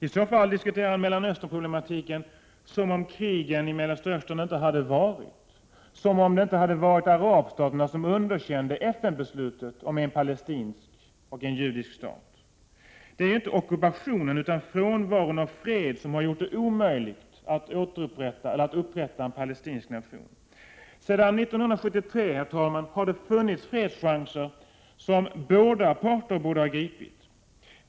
I så fall diskuterar han Mellanösternproblemen som om krigen där inte har ägt rum, som om inte arabstaterna hade underkänt FN-beslutet om en palestinsk och en judisk stat. Det är ju inte ockupationen utan frånvaron av fred som har gjort det omöjligt att upprätta en palestinsk nation. Herr talman! Sedan 1973 har det funnits chanser till fred som båda parter borde ha gripit.